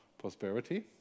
prosperity